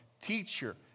teacher